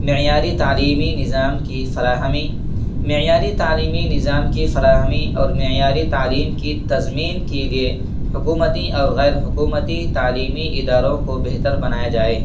معیاری تعلیمی نظام کی فراہمی معیاری تعلیمی نظام کی فراہمی اور معیاری تعلیم کی تضمین کی لیے حکومتی اور غیر حکومتی تعلیمی اداروں کو بہتر بنایا جائے